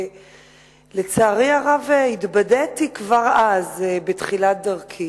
ולצערי הרב התבדיתי כבר אז, בתחילת דרכי,